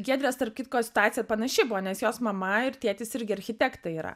giedrės tarp kitko situacija panaši buvo nes jos mama ir tėtis irgi architektai yra